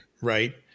Right